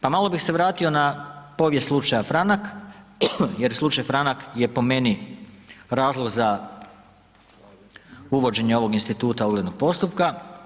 Pa malo bih se vratio na povijest slučaja Franak jer slučaj Franak je po meni razlog za uvođenje ovog instituta oglednog postupka.